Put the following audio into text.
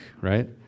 right